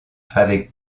avec